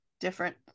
different